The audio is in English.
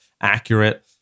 accurate